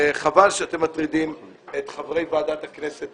וחבל שאתם מטרידים את חברי ועדת הכנסת